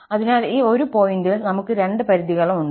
അതിനാൽ ഈ 1 പോയിന്റിൽ നമുക്ക് രണ്ട് പരിധികളും ഉണ്ട്